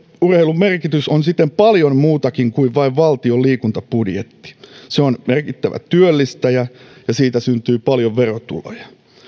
urheilun merkitys on siten paljon muutakin kuin vain valtion liikuntabudjetti se on merkittävä työllistäjä ja siitä syntyy paljon verotuloja